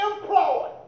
employed